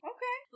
Okay